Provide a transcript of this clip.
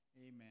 Amen